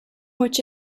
which